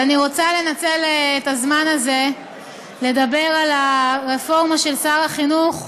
ואני רוצה לנצל את הזמן הזה לדבר על הרפורמה של שר החינוך,